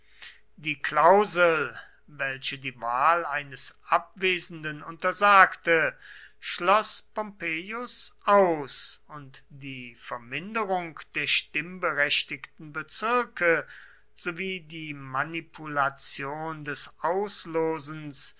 die klausel welche die wahl eines abwesenden untersagte schloß pompeius aus und die verminderung der stimmberechtigten bezirke sowie die manipulation des auslosens